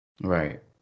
right